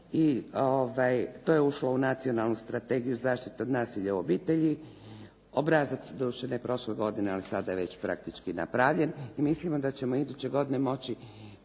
I to je ušlo u Nacionalnu strategiju zaštite od nasilja u obitelji. Obrazac je dovršen prošle godine, ali je sada je već praktički napravljen. I mislim da ćemo iduće godine moći